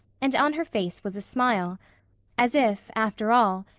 and on her face was a smile as if, after all,